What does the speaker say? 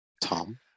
Tom